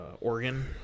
organ